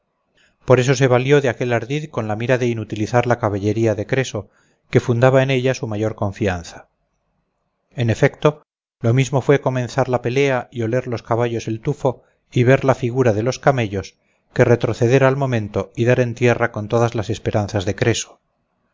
por eso se valió de aquel ardid con la mira de inutilizar la caballería de creso que fundaba en ella su mayor confianza en efecto lo mismo fue comenzar la pelea y oler los caballos el tufo y ver la figura de los camellos que retroceder al momento y dar en tierra con todas las esperanzas de creso